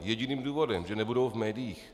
Jediným důvodem že nebudou v médiích?